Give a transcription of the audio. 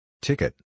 Ticket